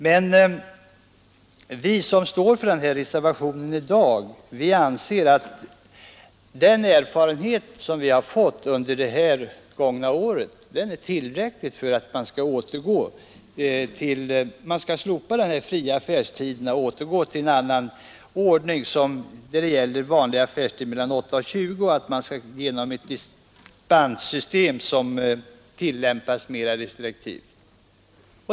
Men vi som står för dagens reservation anser att de erfarenheter man har fått under det gångna året är tillräckliga för att nu slopa de fria affärstiderna och återgå till en annan ordning med vanlig affärstid mellan 8 och 20 och ett dispenssystem som tillämpas restriktivt.